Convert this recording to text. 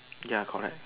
ya correct